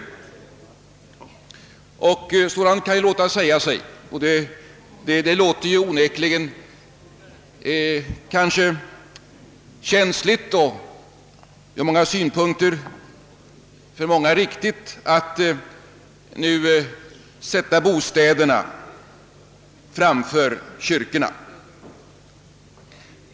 Det kan låta säga sig, och det låter onekligen både känsligt och för många riktigt att man vill låta bostäderna gå före kyrkorna.